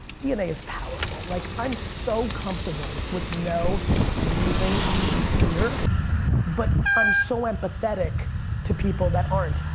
dna is powerful, like i'm so comfortable with no and losing and fear but i'm so empathetic to people that aren't.